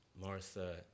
Martha